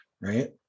right